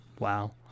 Wow